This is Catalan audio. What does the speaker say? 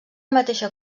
mateixa